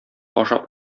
ашап